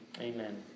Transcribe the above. Amen